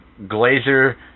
Glazer